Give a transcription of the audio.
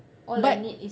but